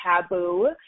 taboo